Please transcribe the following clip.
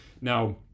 now